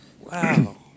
Wow